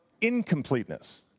incompleteness